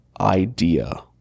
idea